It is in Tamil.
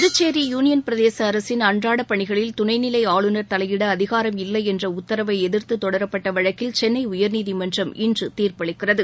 புதுச்சேி யூனியன் பிரதேச அரசின் அன்றாட பணிகளில் துணை நிலை ஆளுநர் தலையிட அதிகாரம் இல்லை என்ற உத்தரவை எதிர்த்து தொடரப்பட்ட வழக்கில் சென்னை உயர்நீதிமன்றம் இன்று தீர்ப்பளிக்கிறது